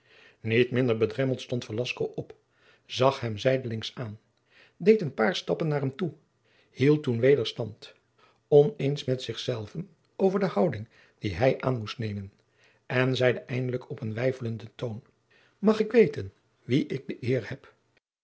pleegzoon meld stond velasco op zag hem zijdelings aan deed een paar stappen naar hem toe hield toen weder stand oneens met zich zelven over de houding die hij aan moest nemen en zeide eindelijk op een weifelenden toon mag ik weten wien ik de eer heb